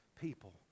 people